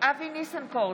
אבי ניסנקורן,